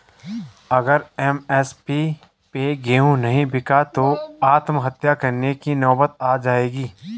अगर एम.एस.पी पे गेंहू नहीं बिका तो आत्महत्या करने की नौबत आ जाएगी